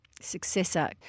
successor